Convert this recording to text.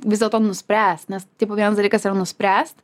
vis dėlto nuspręst nes tipo vienas dalykas yra nuspręst